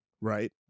right